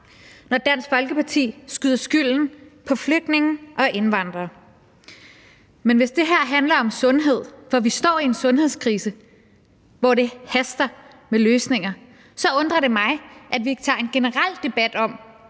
når Dansk Folkeparti skyder skylden på flygtninge og indvandrere. Men hvis det her handler om sundhed – for vi står i en sundhedskrise, hvor det haster med løsninger – så undrer det mig, at vi ikke tager en generel debat om,